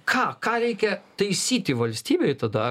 ką ką reikia taisyti valstybėj tada